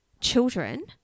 children